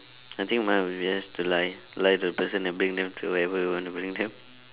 I think mine would be just to lie lie to the person and bring them to wherever you want to bring them